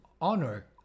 honor